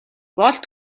болд